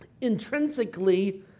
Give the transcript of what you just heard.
intrinsically